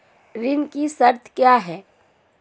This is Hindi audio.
ऋण की शर्तें क्या हैं?